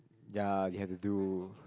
ya they have to do